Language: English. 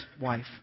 wife